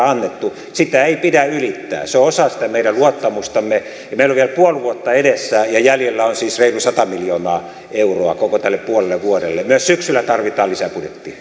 annettu ei pidä ylittää se on osa sitä meidän luottamustamme meillä on vielä puoli vuotta edessä ja jäljellä on siis reilu sata miljoonaa euroa koko tälle puolelle vuodelle myös syksyllä tarvitaan lisäbudjetti